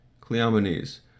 Cleomenes